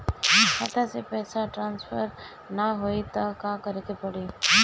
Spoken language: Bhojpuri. खाता से पैसा टॉसफर ना होई त का करे के पड़ी?